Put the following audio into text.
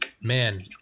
man